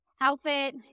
Outfit